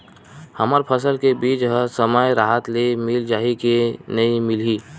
हमर फसल के बीज ह समय राहत ले मिल जाही के नी मिलही?